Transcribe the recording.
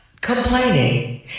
Complaining